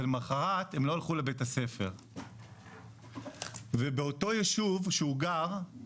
ולמחרת הם לא הלכו לבית הספר ובאותו ישוב שהוא גר,